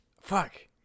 Fuck